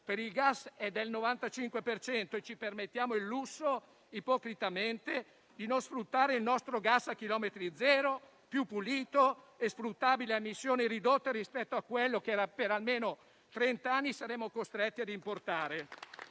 per il gas è del 95 per cento e ci permettiamo il lusso, ipocritamente, di non sfruttare il nostro gas a chilometro zero, più pulito e sfruttabile a emissioni ridotte rispetto a quello che per almeno trent'anni saremo costretti ad importare.